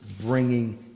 bringing